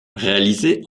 réalisée